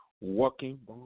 Working